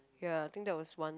ya I think there was one